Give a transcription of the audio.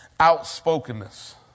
Outspokenness